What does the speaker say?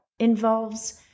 involves